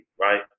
right